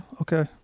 okay